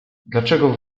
dlaczego